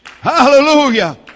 hallelujah